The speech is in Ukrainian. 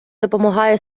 допомагає